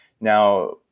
now